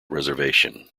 reservation